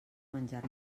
menjar